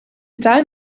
tuin